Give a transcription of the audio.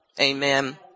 Amen